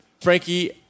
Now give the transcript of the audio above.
Frankie